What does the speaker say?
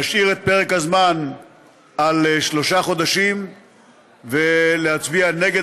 להשאיר את פרק הזמן על שלושה חודשים ולהצביע נגד